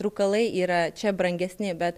rūkalai yra čia brangesni bet